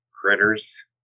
critters